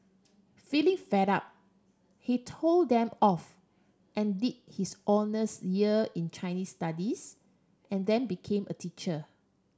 feeling fed up he told them off and did his honours year in Chinese Studies and then became a teacher